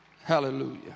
hallelujah